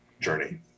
journey